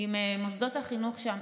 עם מוסדות החינוך שם.